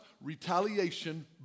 retaliation